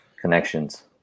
connections